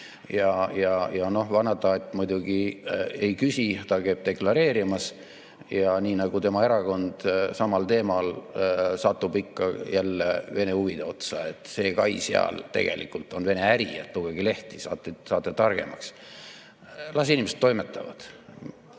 küsida. Vanataat muidugi ei küsi, ta käib deklareerimas, ja nii nagu tema erakond samal teemal, satub ikka jälle Vene huvide otsa, et see kai seal on tegelikult Vene äri, lugege lehti, saate targemaks. Las inimesed toimetavad.